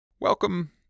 Welcome